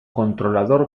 controlador